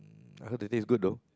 I heard they taste good though